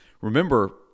remember